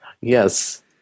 Yes